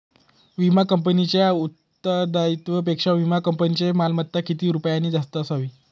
विमा कंपनीच्या उत्तरदायित्वापेक्षा विमा कंपनीची मालमत्ता किती रुपयांनी जास्त असावी?